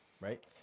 right